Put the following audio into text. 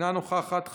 אינה נוכחת.